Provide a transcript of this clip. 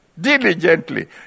diligently